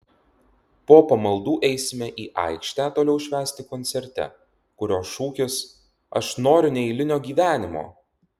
po pamaldų eisime į aikštę toliau švęsti koncerte kurio šūkis aš noriu neeilinio gyvenimo